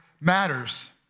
matters